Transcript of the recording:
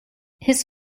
his